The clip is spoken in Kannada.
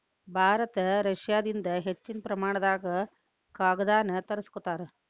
ಭಾರತ ರಷ್ಯಾದಿಂದ ಹೆಚ್ಚಿನ ಪ್ರಮಾಣದಾಗ ಕಾಗದಾನ ತರಸ್ಕೊತಾರ